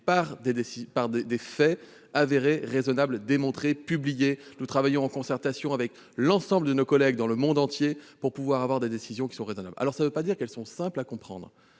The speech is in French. par des faits avérés, démontrés et publiés. Nous travaillons en concertation avec l'ensemble de nos collègues dans le monde entier pour prendre des décisions raisonnables. Ce qui ne veut pas dire qu'elles sont simples à comprendre,